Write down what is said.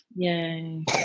Yay